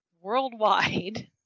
worldwide